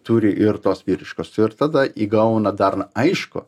turi ir tos vyriškos ir tada įgauna dar na aišku